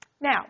Now